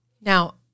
Now